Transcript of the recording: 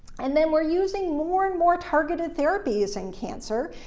and then we're using more and more targeted therapies in cancer.